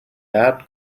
bad